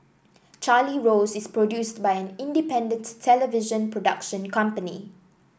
Charlie Rose is produced by an independent television production company